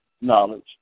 knowledge